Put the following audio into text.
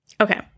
okay